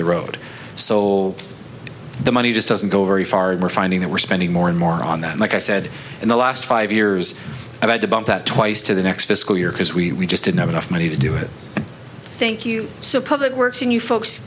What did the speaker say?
the road so the money just doesn't go very far and we're finding that we're spending more and more on that like i said in the last five years i've had to bump that twice to the next fiscal year because we just didn't have enough money to do it thank you so public works and you folks